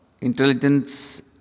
intelligence